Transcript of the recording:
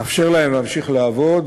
לאפשר להם להמשיך לעבוד,